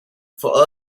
for